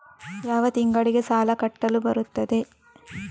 ಯಾವ ತಿಂಗಳಿಗೆ ಸಾಲ ಕಟ್ಟಲು ಬರುತ್ತದೆ?